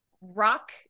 rock